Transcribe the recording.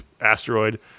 asteroid